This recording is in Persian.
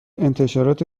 انتشارات